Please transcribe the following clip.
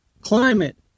climate